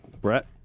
Brett